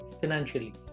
financially